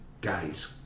guys